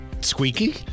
squeaky